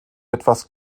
etwas